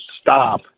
stop